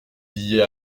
billets